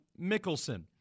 Mickelson